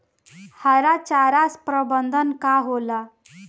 हरा चारा प्रबंधन का होला?